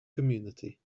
community